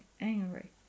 angry